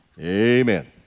Amen